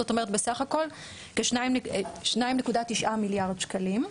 זאת אומרת, בסך הכול כ-2.9 מיליארד שקלים.